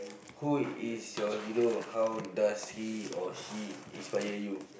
who is your hero how does he or she inspire you